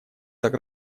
так